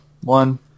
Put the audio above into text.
One